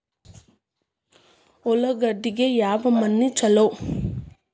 ಉಳ್ಳಾಗಡ್ಡಿಗೆ ಯಾವ ಮಣ್ಣು ಛಲೋ?